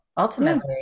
Ultimately